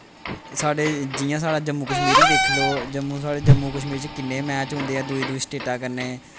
साढ़े जि'यां साढ़ा जम्मू कश्मीर गी दिक्ख लो जम्मू साढ़े जम्मू कश्मीर च किन्ने मैच होंदे ऐ दूई दूई स्टेटां कन्नै